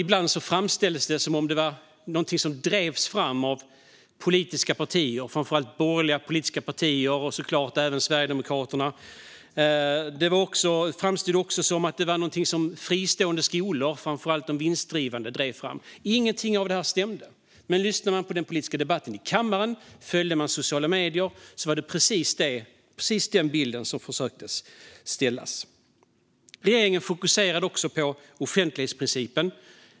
Ibland framställdes det som något som drevs fram av politiska partier, framför allt borgerliga partier och såklart även Sverigedemokraterna. Det framstod också som något som fristående skolor, framför allt de vinstdrivande, drev fram. Ingenting av det stämde. Men för den som lyssnade på den politiska debatten i kammaren och följde sociala medier var det precis den bilden som skapades. Regeringen fokuserade också på offentlighetsprincipen.